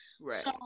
Right